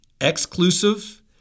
exclusive